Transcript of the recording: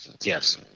Yes